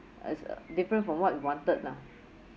as a different from what we wanted lah